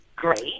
Great